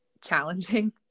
challenging